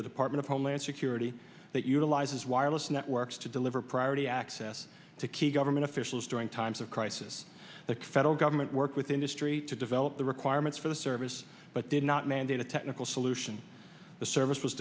the department of homeland security that utilizes wireless networks to deliver priority access to key government officials during times of crisis the federal government work with industry to develop the requirements for the service but did not mandate a technical solution the service was